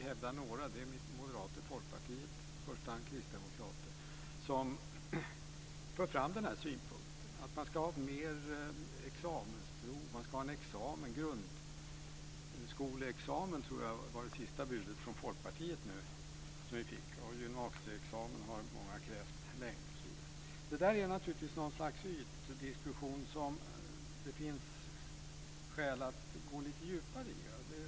Det är moderater och folkpartister och i första hand kristdemokrater som för fram denna synpunkt att man ska ha mer examensprov. Jag tror att det sista budet från Folkpartiet var att man ska ha en grundskoleexamen. Och många har länge krävt en gymnasieexamen. Det där är naturligtvis något slags ytdiskussion som det finns skäl att gå lite djupare in på.